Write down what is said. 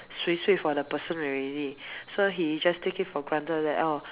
swee swee for the person already so he just take it for granted that oh